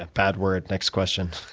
bad word. next question.